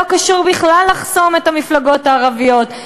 זה לא קשור בכלל לחסימת המפלגות הערביות,